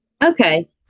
Okay